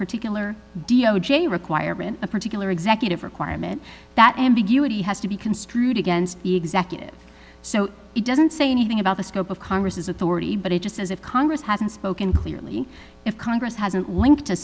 particular d o j requirement a particular executive requirement that ambiguity has to be construed against the executive so it doesn't say anything about the scope of congress's authority but it just as if congress hasn't spoken clearly if congress hasn't linked